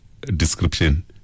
description